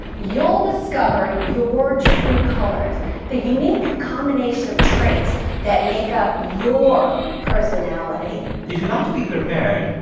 you'll discover your true colors, the unique combination of traits that make up your personality if you like to be prepared,